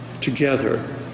together